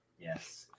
Yes